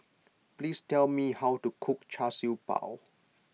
please tell me how to cook Char Siew Bao